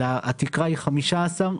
אלא התקרה היא 15,